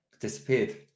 Disappeared